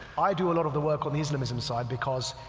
i do ah sort of the work on the islam islam side because,